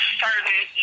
certain